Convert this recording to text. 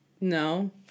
No